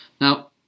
Now